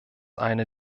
eine